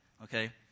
Okay